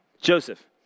Joseph